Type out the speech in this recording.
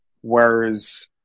whereas